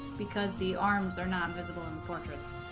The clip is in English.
because the arms are not visible in the portraits